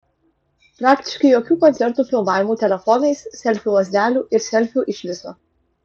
praktiškai jokių koncertų filmavimų telefonais selfių lazdelių ir selfių iš viso